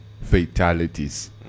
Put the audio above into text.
fatalities